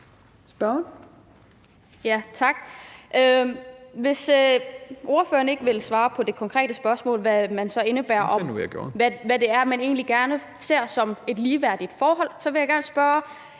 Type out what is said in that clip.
Hvis ordføreren ikke vil svare på det konkrete spørgsmål om, hvad det er, man ser som et ligeværdigt forhold, så vil jeg gerne spørge